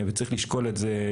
וצריך לשקול את זה,